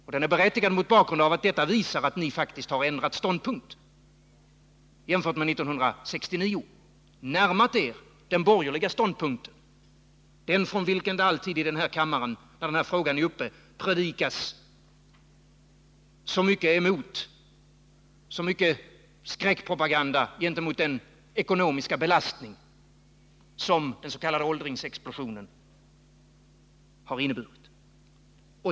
Och de är berättigade mot bakgrund av att detta visar att ni faktiskt har ändrat ståndpunkt jämfört med 1969 och närmat er den borgerliga ståndpunkten — den från vilken det alltid när den här frågan är uppe i kammaren predikas så mycket skräckpropaganda emot den ekonomiska belastning som den s.k. åldringsexplosionen har inneburit.